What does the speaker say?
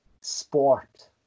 sport